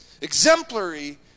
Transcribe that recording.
exemplary